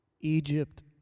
Egypt